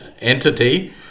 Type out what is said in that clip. entity